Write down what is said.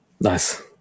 Nice